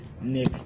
Nick